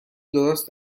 درست